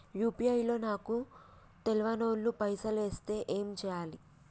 UPI లో నాకు తెల్వనోళ్లు పైసల్ ఎస్తే ఏం చేయాలి?